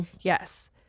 Yes